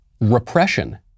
repression